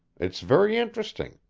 it's very interesting.